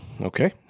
Okay